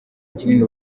kinini